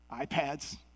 iPads